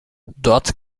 dort